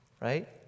right